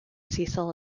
cecil